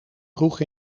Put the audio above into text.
kroeg